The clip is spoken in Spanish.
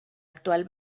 actual